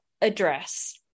address